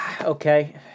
okay